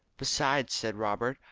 besides, said robert,